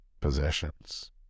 possessions